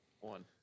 One